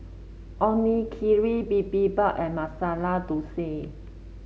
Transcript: Onigiri Bibimbap and Masala Dosa